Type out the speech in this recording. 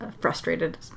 frustrated